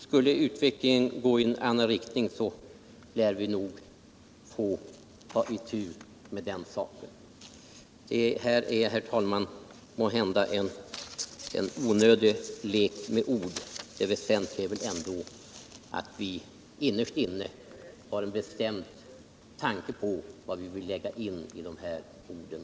Skulle utvecklingen gå i en annan riktning lär vi nog få ta itu med den saken. Det här är, herr talman, måhända en onödig lek med ord. Det väsentliga är väl ändå att vi innerst inne har en bestämd uppfattning om vilken innebörd vi vill lägga in i de här orden.